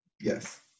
yes